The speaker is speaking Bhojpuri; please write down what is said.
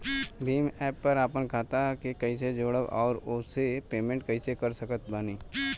भीम एप पर आपन खाता के कईसे जोड़म आउर ओसे पेमेंट कईसे कर सकत बानी?